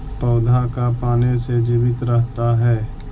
पौधा का पाने से जीवित रहता है?